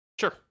Sure